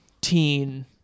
teen